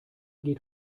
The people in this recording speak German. geht